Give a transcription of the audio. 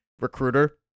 recruiter